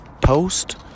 post